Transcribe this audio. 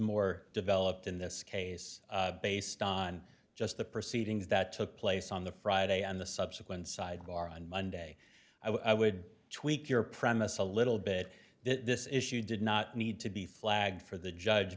more developed in this case based on just the proceedings that took place on the friday and the subsequent sidebar on monday i would tweak your premise a little bit this issue did not need to be flagged for the judge